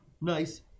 Nice